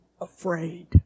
afraid